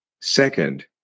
Second